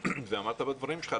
אתה אמרת בדברים שלך,